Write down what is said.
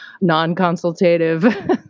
non-consultative